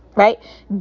Right